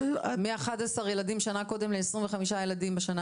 מ-11 ילדים בשנה קודם ל-25 ילדים בשנה